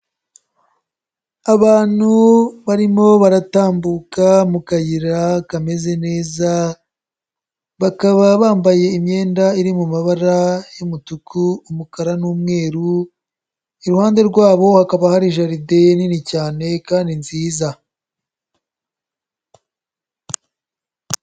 Abantu barimo baratambuka mu kayira kameze neza, bakaba bambaye imyenda iri mu mabara y'umutuku, umukara n'umweru, iruhande rwabo hakaba hari jaride nini cyane kandi nziza.